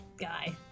guy